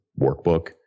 workbook